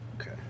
Okay